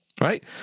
right